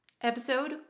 Episode